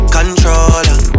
Controller